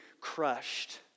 crushed